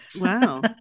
Wow